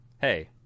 Hey